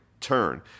turn